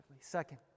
Second